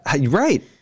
Right